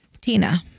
Tina